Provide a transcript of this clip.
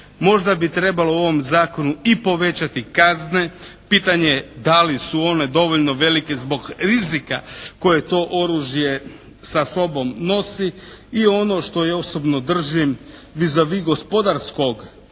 možda bi trebalo u ovom zakonu i povećati kazne, pitanje je da li su one dovoljno velike zbog rizika koje to oružje sa sobom nosi. I ono što ja osobno držim vis a vis gospodarskog